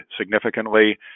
significantly